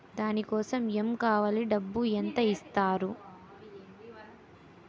దాని కోసం ఎమ్ కావాలి డబ్బు ఎంత ఇస్తారు?